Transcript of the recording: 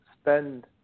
spend